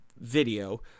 video